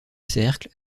cercle